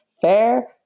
fair